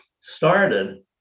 started